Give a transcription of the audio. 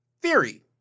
Theory